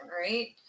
right